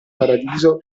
paradiso